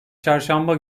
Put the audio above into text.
çarşamba